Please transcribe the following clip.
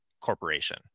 corporation